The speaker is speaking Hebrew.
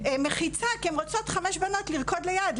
מחיצה כשהן רוצות חמש בנות לרקוד ליד.